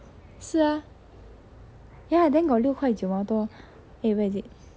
是 ah ya then got 六块九毛多 eh where is it